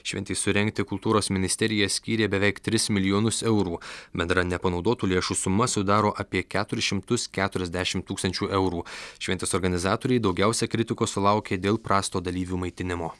šventei surengti kultūros ministerija skyrė beveik tris milijonus eurų bendra nepanaudotų lėšų suma sudaro apie keturis šimtus keturiasdešim tūkstančių eurų šventės organizatoriai daugiausia kritikos sulaukė dėl prasto dalyvių maitinimo